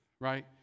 Right